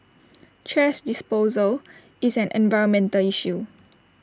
thrash disposal is an environmental issue